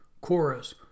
chorus